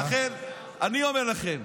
לכן אני אומר לכם: